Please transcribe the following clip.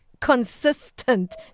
Consistent